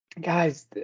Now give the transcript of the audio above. guys